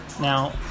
Now